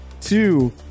two